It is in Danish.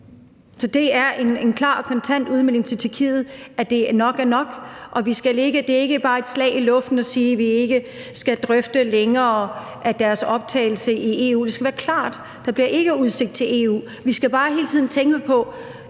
Så det er en klar og kontant udmelding til Tyrkiet om, at nok er nok, og det er ikke bare et slag i luften at sige, at vi ikke længere skal drøfte deres optagelse i EU. Det skal være klart: Der er ikke udsigt til, at de bliver medlem af EU. Vi skal bare hele tiden tænke på,